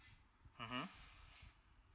mmhmm